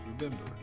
Remember